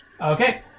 Okay